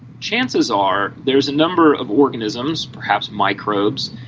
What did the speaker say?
chances are there is a number of organisms, perhaps microbes,